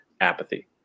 apathy